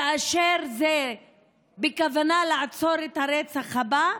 כאשר זה בכוונה לעצור את הרצח הבא,